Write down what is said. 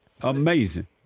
Amazing